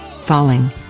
Falling